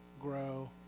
grow